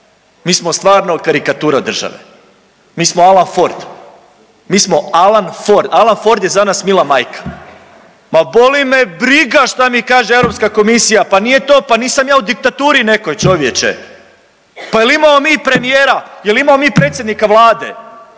Mi smo stvarno karikatura od države, mi smo Alan Ford, mi smo Alan Ford, Alan Ford je za nas mila majka. Ma boli me briga šta mi kaže Europska komisija, pa nije to, pa nisam u diktaturi nekoj čovječe, pa jel imamo mi premijera, jel imamo mi predsjednika Vlade,